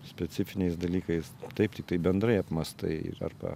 specifiniais dalykais taip tiktai bendrai apmąstai ir arba